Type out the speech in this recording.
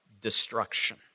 destruction